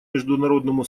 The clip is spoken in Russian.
международному